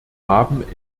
haben